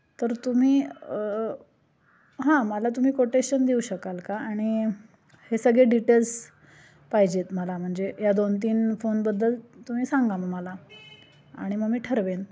तर तुम्ही हां मला तुम्ही कोटेशन देऊ शकाल का आणि हे सगळे डिटेल्स पाहिजेत मला म्हणजे या दोन तीन फोनबद्दल तुम्ही सांगा मग मला आणि मग मी ठरवेन